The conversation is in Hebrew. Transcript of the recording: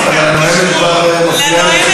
לא, אבל יש פה שרים שמפריעים לנואם.